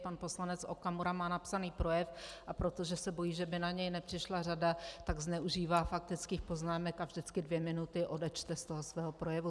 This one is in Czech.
Pan poslanec Okamura má napsaný projev, a protože se bojí, že by na něj nepřišla řada, tak zneužívá faktických poznámek a vždycky dvě minuty odečte z toho svého projevu.